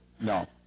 no